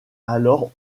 alors